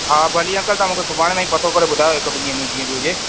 हा भली अंकल तव्हां मूंखे सुभाणे ताईं पतो करे ॿुधायो हिकु ॿिनि ॾींहंनि में जीअं हुजे